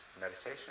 meditation